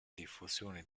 diffusione